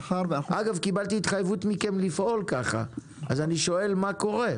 קיבלתי התחייבות מכם לפעול ככה אז אני שואל מה קורה?